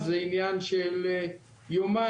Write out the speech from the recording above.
זה עניין של יומיים,